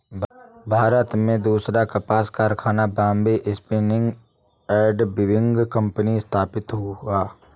भारत में दूसरा कपास कारखाना Bombay spinning and weaving company स्थापित हुआ